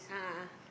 a'ah a'ah